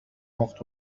وقت